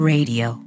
Radio